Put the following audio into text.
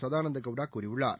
சதானந்த கவுடா கூறியுள்ளார்